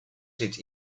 zit